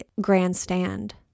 grandstand